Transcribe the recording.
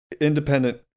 independent